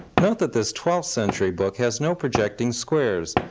note that this twelfth century book has no projecting squares.